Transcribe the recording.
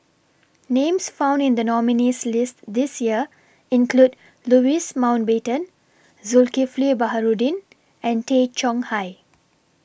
Names found in The nominees' list This Year include Louis Mountbatten Zulkifli Baharudin and Tay Chong Hai